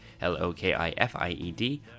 L-O-K-I-F-I-E-D